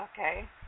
Okay